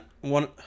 one